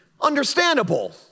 understandable